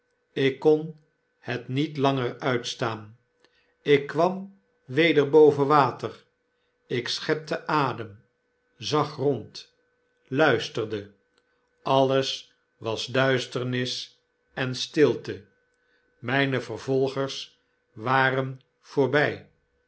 ik kon het niet langer uitstaan ik kwam weder boven water ik schepte adem zag rond luisterde alles was duisternis en stilte myne vervolgers waren voorby